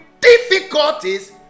difficulties